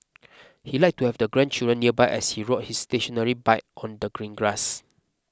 he liked to have the grandchildren nearby as he rode his stationary bike on the green grass